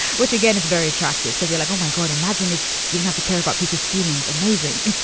which, again, is very attractive because you're like, oh, my god, imagine if you have to care about people's feelings. amazing.